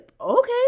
okay